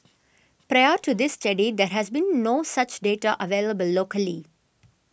prior to this study there has been no such data available locally